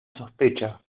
sospecha